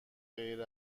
غیر